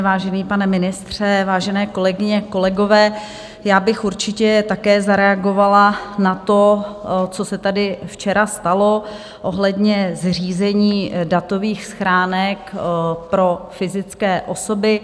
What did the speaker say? Vážený pane ministře, vážené kolegyně, kolegové, já bych určitě také zareagovala na to, co se tady včera stalo ohledně zřízení datových schránek pro fyzické osoby.